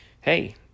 hey